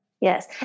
Yes